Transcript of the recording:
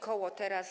Koło Teraz!